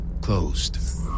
closed